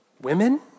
women